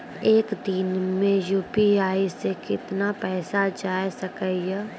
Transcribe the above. एक दिन मे यु.पी.आई से कितना पैसा जाय सके या?